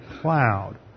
cloud